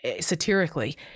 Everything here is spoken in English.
satirically